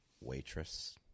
Waitress